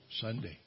Sunday